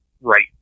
right